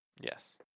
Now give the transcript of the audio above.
Yes